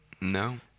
No